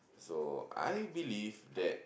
so I believe that